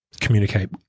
communicate